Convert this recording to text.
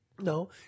No